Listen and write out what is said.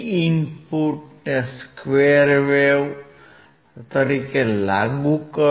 Vin ને square wave તરીકે લાગુ કરો